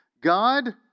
God